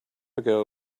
ago